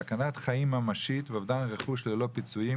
סכנת חיים ממשית ואובדן רכוש ללא פיצויים